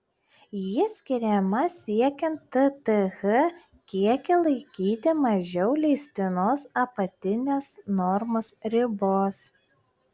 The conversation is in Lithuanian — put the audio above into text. ji skiriama siekiant tth kiekį laikyti mažiau leistinos apatinės normos ribos